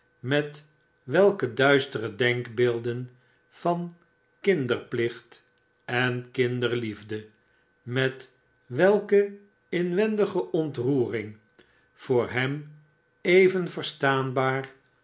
met welke duistere denkbeelden van kin derplicht en kinderliefde met welke inwendige ontroering voor hem even verstaanbaar